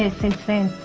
ah since then,